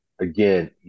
Again